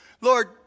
Lord